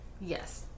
Yes